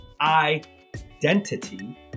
identity